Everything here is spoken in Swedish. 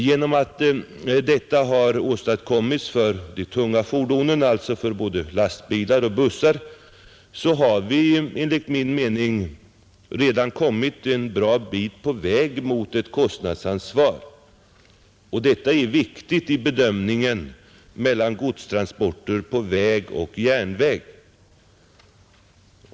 Genom att detta har åstadkommits för de tunga fordonen, alltså för både lastbilar och bussar, har vi enligt min mening redan kommit en bra bit på väg mot ett kostnadsansvar. Det är viktigt vid bedömningen av godstransporter på väg och järnväg.